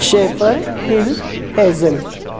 chauffer hill hazel